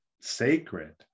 sacred